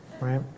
right